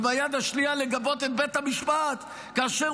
וביד השנייה לגבות את בית המשפט כאשר